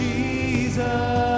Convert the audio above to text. Jesus